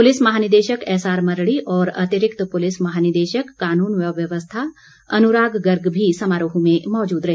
police महानिदेशक S R Mardi और अतिरिक्त पुलिस महानिदेशक कानून व व्यवस्था अनुराग गर्ग भी समारोह में मौजूद रहे